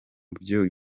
byo